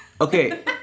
okay